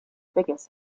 biggest